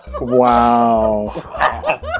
Wow